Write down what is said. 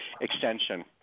extension